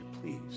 please